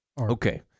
Okay